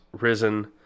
risen